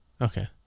Okay